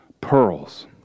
pearls